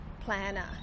planner